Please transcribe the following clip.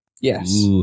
Yes